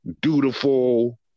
dutiful